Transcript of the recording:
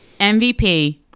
MVP